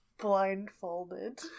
blindfolded